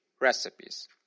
recipes